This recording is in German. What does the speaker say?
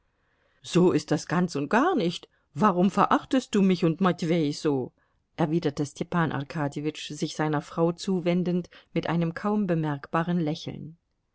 so ist das ganz und gar nicht warum verachtest du mich und matwei so erwiderte stepan arkadjewitsch sich seiner frau zuwendend mit einem kaum bemerkbaren lächeln